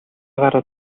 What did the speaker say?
гараад